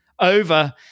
Over